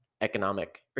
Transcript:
economic